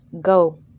Go